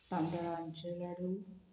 तांदळांचे लाडू